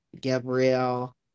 Gabriel